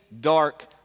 dark